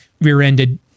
rear-ended